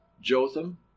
Jotham